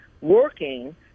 working